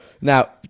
now